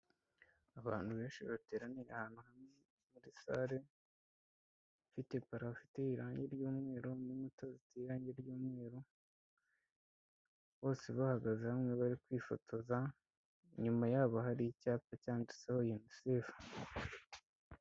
Abantu benshi bateranira ahantu hamwe muri sale ifite parafi, irangi ry'umweru n'inkuta zifite irangi ry'umweru, bose bahagaze hamwe bari kwifotoza inyuma yabo hari icyapa cyanditseho UNICEF.